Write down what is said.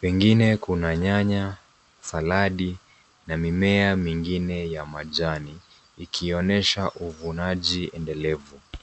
Pengine kuna nyanya, saladi na mimea mingine ya majani ikionyesha uvunaji endelevu.